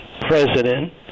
president